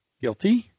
Guilty